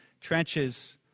trenches